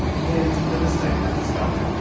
then the mistake was discovered.